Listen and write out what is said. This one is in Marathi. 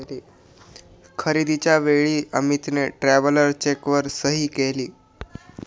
खरेदीच्या वेळी अमितने ट्रॅव्हलर चेकवर सही केली